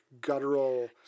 guttural